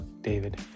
David